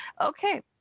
Okay